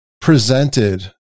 presented